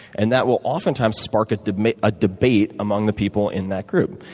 and that will oftentimes spark a debate ah debate among the people in that group.